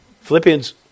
Philippians